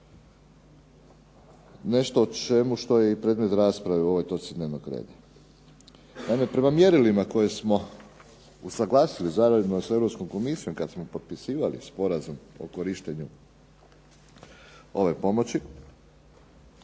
nešto o čemu, što je i predmet rasprave o ovoj točci dnevnog reda. Naime prema mjerilima koje smo usuglasili zajedno sa Europskom Komisijom kad smo potpisivali sporazum o korištenju ove pomoći,